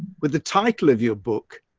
with the title of your book.